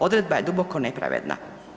Odredba je duboko nepravedna.